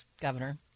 Governor